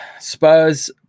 spurs